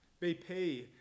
BP